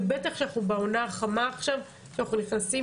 ובמיוחד שעכשיו אנחנו בפתח העונה החמה ואנחנו צריכים